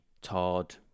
Todd